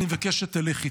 אני מבקש שתלך איתי.